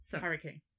hurricane